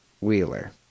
Wheeler